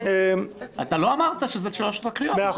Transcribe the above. אתה לא אמרת שזה שלוש הקריאות.